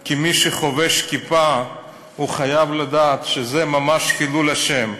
כי כמי שחובש כיפה הוא חייב לדעת שזה ממש חילול השם,